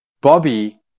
Bobby